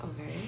okay